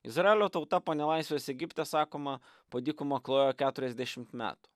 izraelio tauta po nelaisvės egipte sakoma po dykumą klajojo keturiasdešim metų